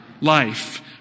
life